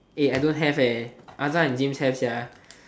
eh I don't have eh Azhar and James have sia